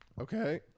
Okay